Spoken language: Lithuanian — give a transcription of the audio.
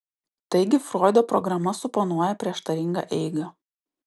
taigi froido programa suponuoja prieštaringą eigą